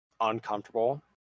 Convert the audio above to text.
uncomfortable